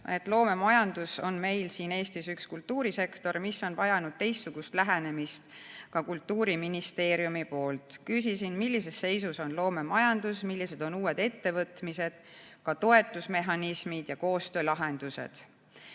et loomemajandus on meil siin Eestis üks kultuurisektor, mis vajab teistsugust lähenemist ka Kultuuriministeeriumis. Küsisin, millises seisus on loomemajandus, millised on uued ettevõtmised, ka toetusmehhanismid ja koostöölahendused.